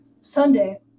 Sunday